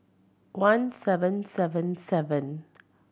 one seven seven seven